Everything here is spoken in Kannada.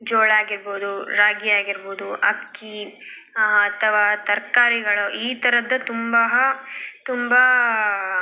ಜೋಳ ಆಗಿರ್ಬೋದು ರಾಗಿ ಆಗಿರ್ಬೋದು ಅಕ್ಕಿ ಅಥವಾ ತರಕಾರಿಗಳು ಈ ಥರದ್ದು ತುಂಬ ತುಂಬ